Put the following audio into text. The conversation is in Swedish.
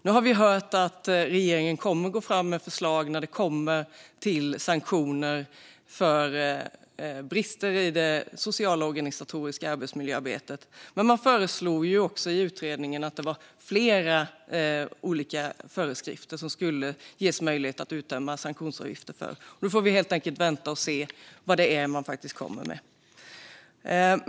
Nu har vi hört att regeringen kommer att gå fram med förslag om sanktioner för brister i det sociala och organisatoriska arbetsmiljöarbetet, men utredningen föreslog fler områden som det skulle ges möjlighet att utdöma sanktionsavgifter för. Vi får helt enkelt vänta och se vad det är regeringen faktiskt kommer med.